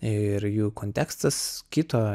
ir jų kontekstas kito